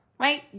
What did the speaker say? right